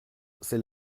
c’est